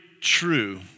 true